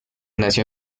nació